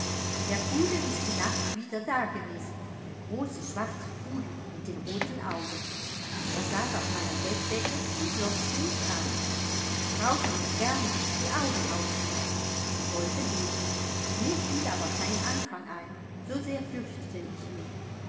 der pudel ist die nacht wieder da gewesen der große schwarze pudel mit den roten augen er saß auf meiner bettdecke und glotzte mich an ich traute mich garnicht die augen aufzumachen und wollte beten mir fiel aber kein anfang ein so sehr fürchtete ich mich